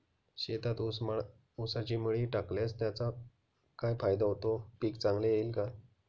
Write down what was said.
शेतात ऊसाची मळी टाकल्यास त्याचा काय फायदा होतो, पीक चांगले येईल का?